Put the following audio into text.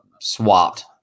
swapped